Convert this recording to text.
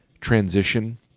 transition